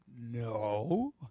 No